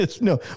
No